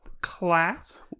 class